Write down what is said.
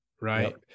Right